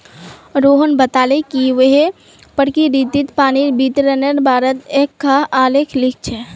रोहण बताले कि वहैं प्रकिरतित पानीर वितरनेर बारेत एकखाँ आलेख लिख छ